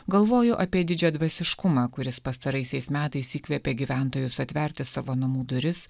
galvoju apie didžiadvasiškumą kuris pastaraisiais metais įkvėpė gyventojus atverti savo namų duris